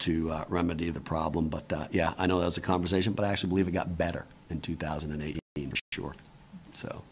to remedy the problem but yeah i know as a conversation but i actually believe it got better in two thousand and eight or so